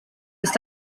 ist